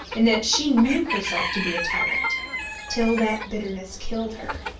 in that she knew herself to be a tyrant till that bitterness killed her.